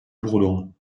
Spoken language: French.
bourdon